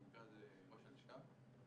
נקרא לזה: ראש הלשכה,